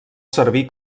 servir